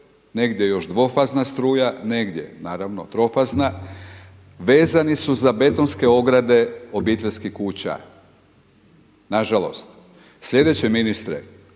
negdje još dvofazna struja, negdje naravno trofazna, vezani su za betonske ograde obiteljskih kuća, nažalost. Sljedeće ministre,